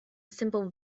simple